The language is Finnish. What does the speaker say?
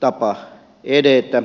tapa edetä tai ainakin merkittävin tapa